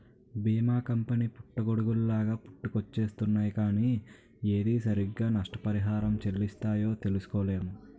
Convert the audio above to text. బీమా కంపెనీ పుట్టగొడుగుల్లాగా పుట్టుకొచ్చేస్తున్నాయ్ కానీ ఏది సరిగ్గా నష్టపరిహారం చెల్లిస్తాయో తెలుసుకోలేము